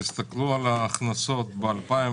תסתכלו על ההכנסות ב-2019,